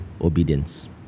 obedience